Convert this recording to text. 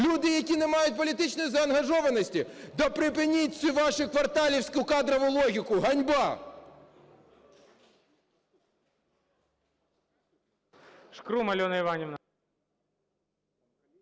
люди, які не мають політичної заангажованості? Та припиніть цю вашу кварталівську кадрову логіку! Ганьба!